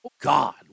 God